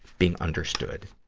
being understood.